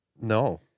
No